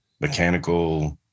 mechanical